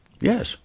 Yes